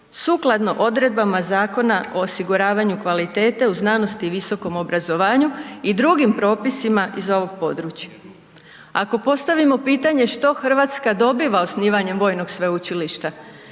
sukladno odredbama Zakona o osiguravanju kvalitete u znanosti i visokom obrazovanju i drugim propisima iz ovoga područja. Ako postavimo pitanje što Hrvatska dobiva osnivanjem vojnog sveučilišta,